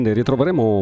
ritroveremo